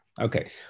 okay